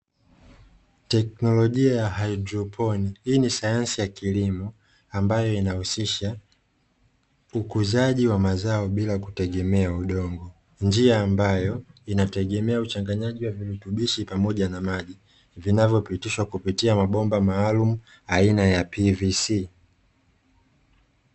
Teknolojia ya hydroponi: Hii ni sayansi ya kilimo ambayo inahusisha ukuzaji wa mazao bila kutegemea udongo njia ambayo inategemea uchanganyaji wa virutubishi pamoja na maji vinavyopitishwa kupitia mabomba maalumu aina ya "p v c".